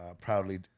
proudly